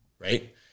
Right